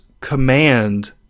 command